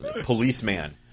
policeman